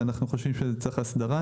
ואנחנו חושבים שזה צריך הסדרה,